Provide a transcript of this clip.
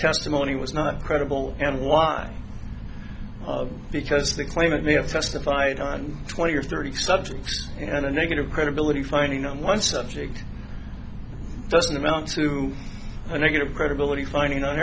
testimony was not credible and why because they claim it may have testified on twenty or thirty subjects and a negative credibility finding on one subject doesn't amount to a negative credibility finding on